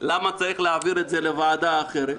למה צריך להעביר את זה לוועדה אחרת.